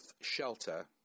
shelter